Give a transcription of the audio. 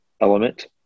element